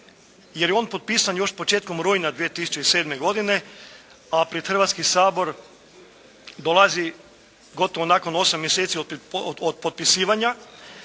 jer je on potpisan još početkom rujna 2007. godine, a pred Hrvatski sabor dolazi gotovo nakon 8 mjeseci od potpisivanja,